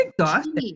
exhausting